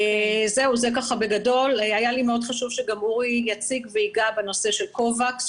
היה לי מאוד חשוב שגם אורי יציג את הדברים וייגע בנושא של קובאקס,